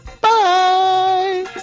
Bye